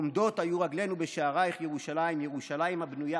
"עמדות היו רגלינו בשעריך ירושלם, ירושלם הבנויה